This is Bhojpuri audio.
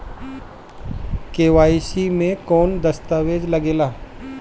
के.वाइ.सी मे कौन दश्तावेज लागेला?